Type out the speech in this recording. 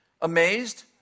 amazed